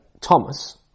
Thomas